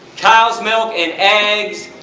cows milk and eggs.